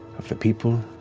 of the people